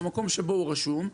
במקום שבו הוא רשום,